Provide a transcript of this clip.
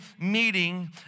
meeting